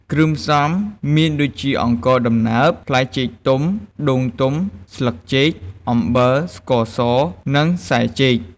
គ្រឿងផ្សំមានដូចជាអង្ករដំណើប ផ្លែចេកទុំ ដូងទុំ ស្លឹកចេក អំបិល ស្ករស និងខ្សែចេក។